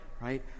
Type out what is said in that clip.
right